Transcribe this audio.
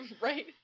right